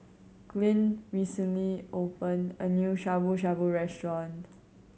Glynn recently opened a new Shabu Shabu Restaurant